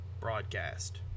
broadcast